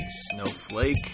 snowflake